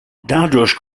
dadurch